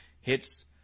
Hits